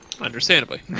Understandably